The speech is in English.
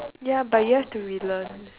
ya but you have to relearn